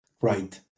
Right